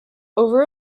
over